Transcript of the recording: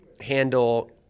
handle